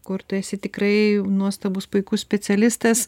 kur tu esi tikrai nuostabus puikus specialistas